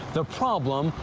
the problem,